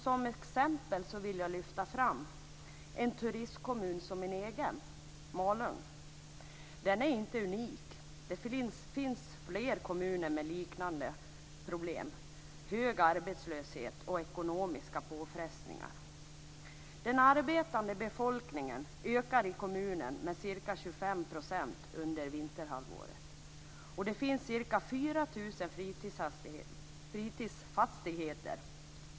Som exempel vill jag lyfta fram en turismkommun som min egen, Malung. Den är inte unik. Det finns fler kommuner med liknande problem, hög arbetslöshet och ekonomiska påfrestningar. Den arbetande befolkningen ökar i kommunen under vinterhalvåret med ca 25 %. Det finns ca 4 000 fritidsfastigheter.